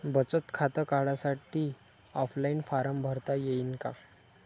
बचत खातं काढासाठी ऑफलाईन फारम भरता येईन का?